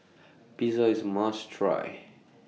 Pizza IS must Try